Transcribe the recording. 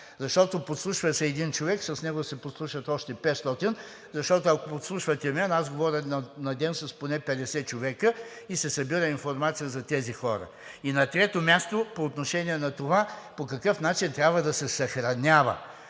когато подслушваш един човек, с него се подслушват още 500. Защото, ако подслушвате мен, аз говоря на ден с поне 50 човека и се събира информация за тези хора. И на трето място, по отношение на това по какъв начин трябва да се съхранява,